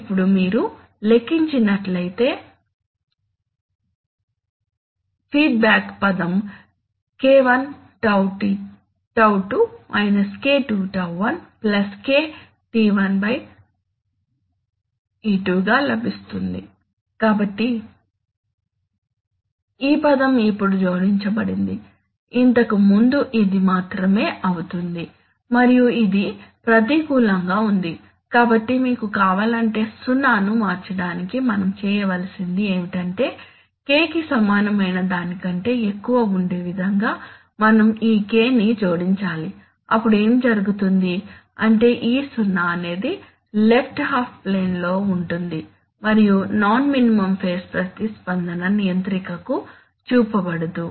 ఇప్పుడు మీరు లెక్కించినట్లయితే ఫీడ్బ్యాక్ పదం K1 τ2 -k2 τ1 K τ1 τ2 గా లభిస్తుంది కాబట్టి ఈ పదం ఇప్పుడు జోడించబడింది ఇంతకుముందు ఇది మాత్రమే అవుతుంది మరియు ఇది ప్రతికూలంగా ఉంది కాబట్టి మీకు కావాలంటే సున్నాను మార్చడానికి మనం చేయవలసింది ఏమిటంటే k కి సమానమైన దానికంటే ఎక్కువ ఉండే విధంగా మనం ఈ K ని జోడించాలి అప్పుడు ఏమి జరుగుతుంది అంటే ఈ 0 అనేది లెఫ్ట్ హాఫ్ ప్లేన్ లో ఉంటుంది మరియు నాన్ మినిమం ఫేజ్ ప్రతిస్పందన నియంత్రికకు చూపబడదు